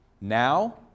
Now